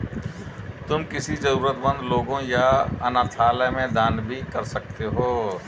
तुम किसी जरूरतमन्द लोगों या अनाथालय में दान भी कर सकते हो